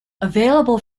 available